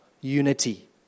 unity